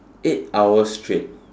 eight hours straight